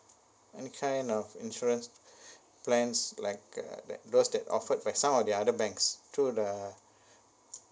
any kind of insurance plans like uh that those that offered by some of the other banks through the